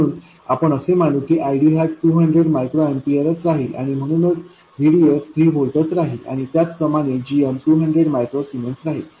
म्हणून आपण असे मानू की ID हा 200 मायक्रो एम्पीयर च राहील आणि म्हणूनच VDS 3 व्होल्टच राहील आणि त्याचप्रमाणे gm 200 मायक्रो सीमेंस राहील